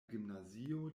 gimnazio